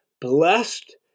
blessed